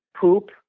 poop